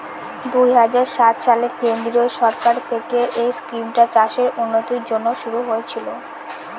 দুই হাজার সাত সালে কেন্দ্রীয় সরকার থেকে এই স্কিমটা চাষের উন্নতির জন্যে শুরু হয়েছিল